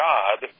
God